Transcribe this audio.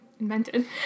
invented